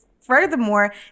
furthermore